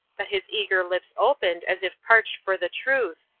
but his eager lips opened as if parched for the truth.